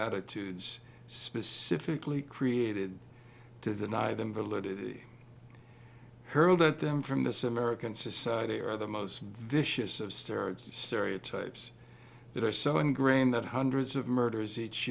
attitudes specifically created to the nih them validity hurled at them from this american society are the most vicious of steroids stereotypes that are so ingrained that hundreds of murders each